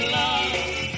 love